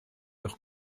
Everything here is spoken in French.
leurs